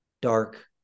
dark